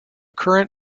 current